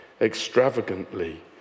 extravagantly